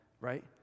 right